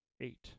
eight